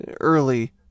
early